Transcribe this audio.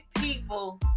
people